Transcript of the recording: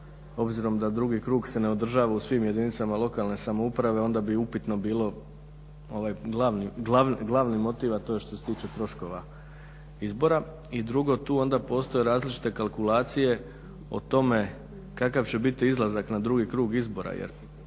obzirom da drugi krug se ne održava u svim jedinicama lokalne samouprave onda bi upitno bilo ovaj glavni motiv a to je što se tiče troškova izbora. I drugo, tu onda postoje različite kalkulacije o tome kakav će biti izlazak na drugi krug izbora.